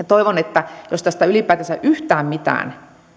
toivon että jos ylipäätänsä yhtään mitään